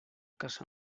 casa